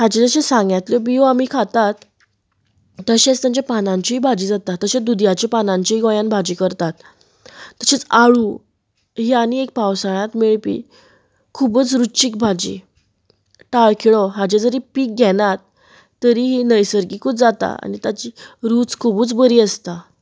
हांच्या जशे सांग्यांतल्यो बियो आमी खातात तशेंच तांच्या पानांची भाजी जाता तशें दुदयाच्या पानांची भाजी गोंयान भाजी करतात तशेंच आळू ही आनी एक पावसाळ्यांत मेळपी खुबूच रुचीक भाजी टायखिळो हाचे जरीय पीक घेनात तरीय नैसर्गीकूच जाता आनी ताची रूच खुबूच बरी आसता